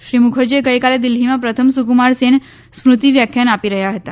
શ્રી મુખરજી ગઇકાલે દિલ્હીમાં પ્રથમ સુક્રમાર સેન સ્મૃતિ વ્યાખ્યાન આપી રહ્યા હતા